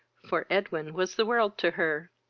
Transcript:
for edwin was the world to her?